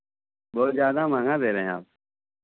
बहुत ज़्यादा महँगा दे रहे हैं आप